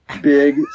Big